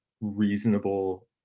reasonable